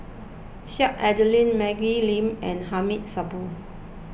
Sheik Alau'ddin Maggie Lim and Hamid Supaat